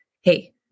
hey